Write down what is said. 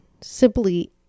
Simply